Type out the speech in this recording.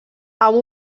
amb